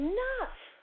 Enough